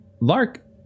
Lark